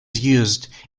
used